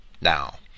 now